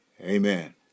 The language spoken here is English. Amen